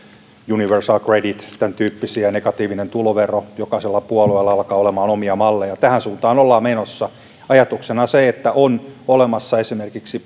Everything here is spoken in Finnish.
universal credit negatiivinen tulovero tämäntyyppisiä jokaisella puolueella alkaa olemaan omia malleja tähän suuntaan ollaan menossa ajatuksena se että on olemassa esimerkiksi